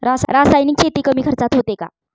रासायनिक शेती कमी खर्चात होते का?